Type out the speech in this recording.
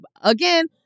again